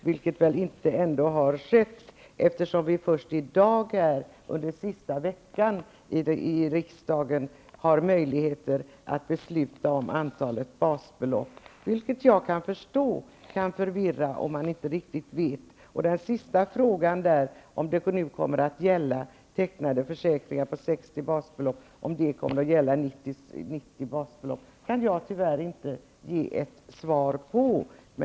Så har väl ändå inte skett eftersom vi, först i dag, under den sista veckan före juluppehållet i riksdagen, har möjlighet att besluta om antalet basbelopp. Jag kan förstå att det kan förvirra om man inte riktigt vet vad som skall gälla. Den sista frågan om försäkringar som är tecknade för företag med en sammanlagd lönekostnad på 60 basbelopp per år kan jag tyvärr inte ge ett svar på.